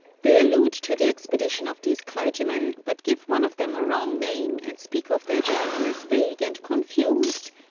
they allude to the expedition of these clergymen, but give one of them a wrong name, and speak of their journal as vague and confused,